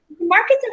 Markets